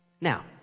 Now